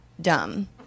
dumb